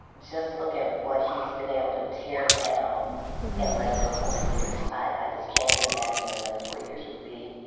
just look at what he's been able to tear down in less than four years. i just can't even imagine what another four years would be.